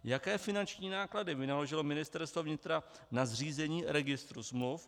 Jaké finanční náklady vynaložilo Ministerstvo vnitra na zřízení registru smluv?